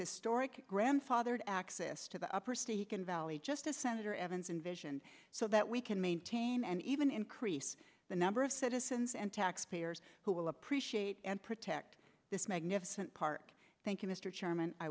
historic grandfathered access to the upper stake in valley just as senator evans invision so that we can maintain and even increase the number of citizens and taxpayers who will appreciate and protect this magnificent park thank